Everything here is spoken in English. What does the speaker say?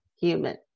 human